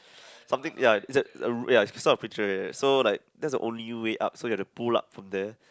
something ya it's a sort of picture ya so like that's the only way up so you have to pull up from there